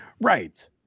Right